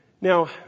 Now